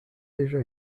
déjà